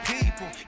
people